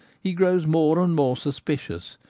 he grows more and more suspicious,